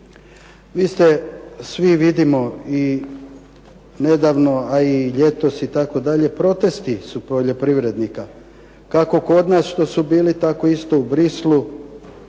Vi ste svi vidimo i nedavno, a i ljetos itd. protesti su poljoprivrednika, kako kod nas što su bili tako isto u Bruxellesu,